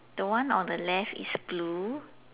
the one on the left is blue